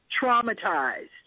traumatized